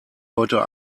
heute